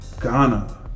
Ghana